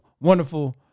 wonderful